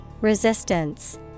Resistance